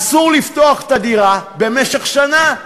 אסור לפתוח את הדירה במשך שנה,